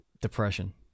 Depression